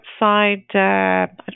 outside